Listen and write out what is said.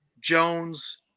Jones